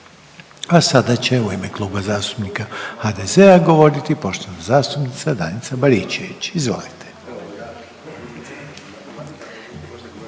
Sada će u ime Kluba zastupnika MOŽEMO govoriti poštovani zastupnik Damir Bakić, izvolite.